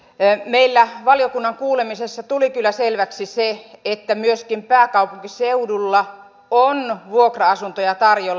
meillä valiokunnan kuulemisessa tuli kyllä selväksi se että myöskin pääkaupunkiseudulla on vuokra asuntoja tarjolla